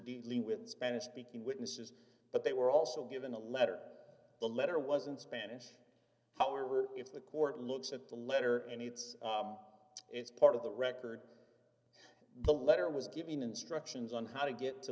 dealing with spanish speaking witnesses but they were also given a letter the letter was in spanish however if the court looks at the letter and it's it's part of the record the letter was given instructions on how to get to